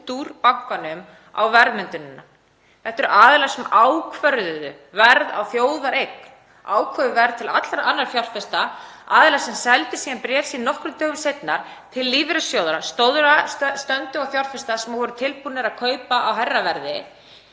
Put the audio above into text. úr bankanum, á verðmyndunina. Þetta eru aðilar sem ákvörðuðu verð á þjóðareign, ákváðu verð til allra annarra fjárfesta, aðilar sem seldu síðan bréf sín nokkrum dögum seinna til lífeyrissjóðanna, stórra, stöndugra fjárfesta sem voru tilbúnir að kaupa á hærra verði.